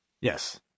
Yes